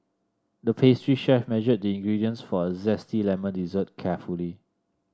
the pastry chef measured the ingredients for a zesty lemon dessert carefully